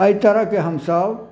एहि तरहके हमसब